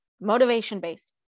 motivation-based